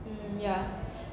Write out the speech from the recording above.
mm ya